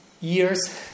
years